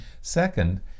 Second